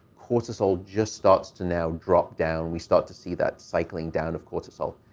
cortisol just starts to now drop down. we start to see that cycling down of cortisol.